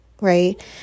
right